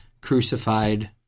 crucified